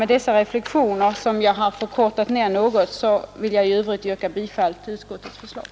Med dessa få ord vill jag yrka bifall till utskottets förslag.